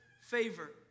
favor